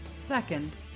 Second